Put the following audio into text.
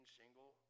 single